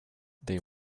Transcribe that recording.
they